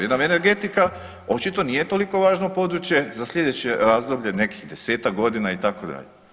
Jer nam energetika očito nije toliko važno područje za sljedeće razdoblje nekih desetak godina itd.